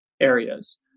areas